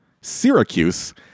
Syracuse